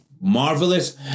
marvelous